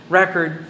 record